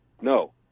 No